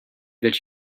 that